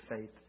faith